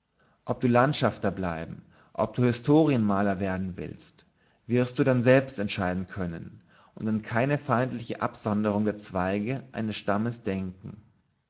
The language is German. ob du landschafter bleiben ob du historienmaler werden willst wirst du dann selbst entscheiden können und an keine feindliche absonderung der zweige eines stammes denken